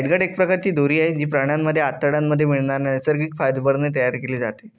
catgut एक प्रकारची दोरी आहे, जी प्राण्यांच्या आतड्यांमध्ये मिळणाऱ्या नैसर्गिक फायबर ने तयार केली जाते